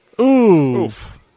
Oof